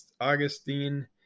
Augustine